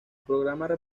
programa